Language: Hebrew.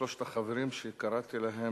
שלושת החברים שקראתי להם,